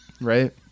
Right